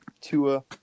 Tua